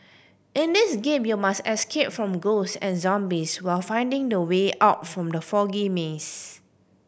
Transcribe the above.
in this game you must escape from ghost and zombies while finding the way out from the foggy maze